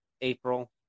April